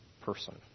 person